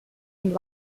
and